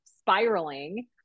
spiraling